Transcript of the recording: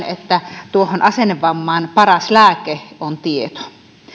että tuohon asennevammaan paras lääke on tieto kun me